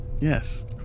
Yes